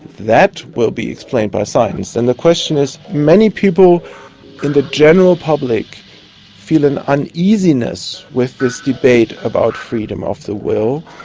that will be explained by science. and the question is. many people in the general public feel an uneasiness with this debate about freedom of the will.